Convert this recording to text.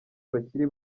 bakiri